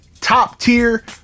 top-tier